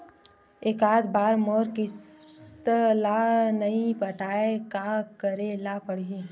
एकात बार मोर किस्त ला नई पटाय का करे ला पड़ही?